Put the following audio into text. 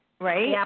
Right